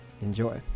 Enjoy